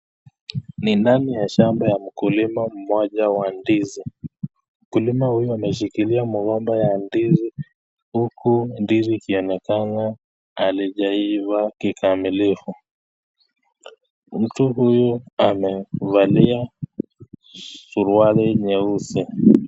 Ni ndani ya shamba ya mkulima mmoja wa ndizi. Mkulima huyu ameshikilia mgomba ya ndizi, huku ndizi ikionekana halijaiva kikamilifu. Mtu huyu amevalia suruali nyeusi.